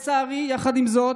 יחד עם זאת,